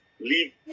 leave